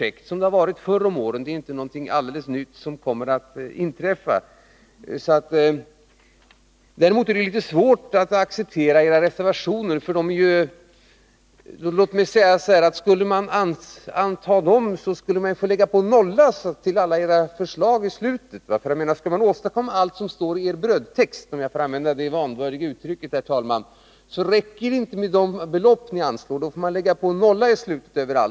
På det sättet har det ju varit förr om åren, så det är inte någonting alldeles nytt som kommer att inträffa på det området. Däremot är det litet svårt att acceptera era reservationer. Skulle man anta dem, så finge man lägga till en nolla på beloppen för alla era förslag. Skulle man genomföra allt som står i er brödtext — om jag får använda det vanvördiga uttrycket, herr talman — så räcker det nämligen inte med de belopp ni vill anslå, utan då får man som sagt lägga till en nolla efter varje summa.